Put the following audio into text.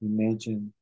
Imagine